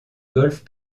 golfe